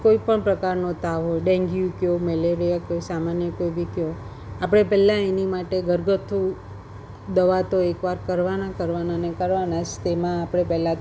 કોઈપણ પ્રકારનો તાવ હોય ડેન્ગ્યુ કહો મેલેરિયા કહો સામાન્ય કોઇ બી કહો આપણે પહેલાં એની માટે ઘરગથ્થું દવા તો એકવાર કરવાના કરવાના ને કરવાના જ તેમાં આપણે પહેલાં